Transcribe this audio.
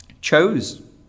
chose